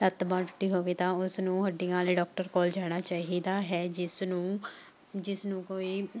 ਲੱਤ ਬਾਂਹ ਟੁੱਟੀ ਹੋਵੇ ਤਾਂ ਉਸਨੂੰ ਹੱਡੀਆਂ ਵਾਲੇ ਡੋਕਟਰ ਕੋਲ ਜਾਣਾ ਚਾਹੀਦਾ ਹੈ ਜਿਸ ਨੂੰ ਜਿਸ ਨੂੰ ਕੋਈ